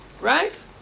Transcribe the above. Right